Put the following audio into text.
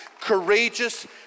courageous